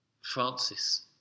francis